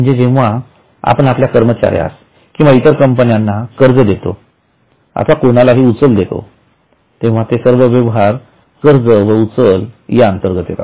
म्हणजे जेंव्हा आपण आपल्या कर्मचाऱ्यास किंवा इतर कंपन्यांना कर्ज देतोअथवा कोणालाही उचल देतोतेंव्हा ते सर्व व्यवहार कर्ज व उचल या अंतर्गत येतात